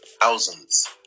thousands